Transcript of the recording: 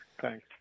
Thanks